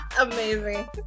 Amazing